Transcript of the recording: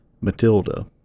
Matilda